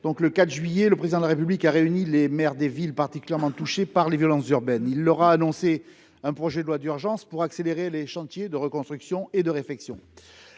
Le 4 juillet dernier, le Président de la République a réuni les maires des villes particulièrement touchées par les violences urbaines. Il leur a annoncé un projet de loi d’urgence pour accélérer les chantiers de reconstruction et de réfection.